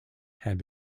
had